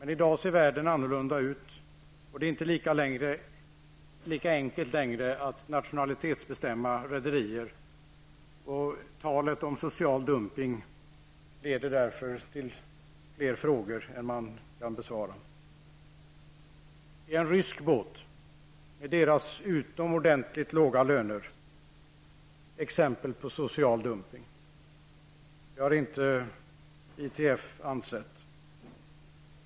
I dag ser världen annorlunda ut. Det är inte längre lika enkelt att nationalitetsbestämma rederier, och talet om social dumpning leder därför till fler frågor än man kan besvara. Är en rysk båt, med en besättning som har utomordentligt låga löner, exempel på social dumpning? Det har inte ITF ansett.